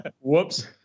Whoops